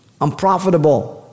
unprofitable